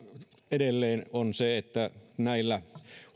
edelleen on se että näillä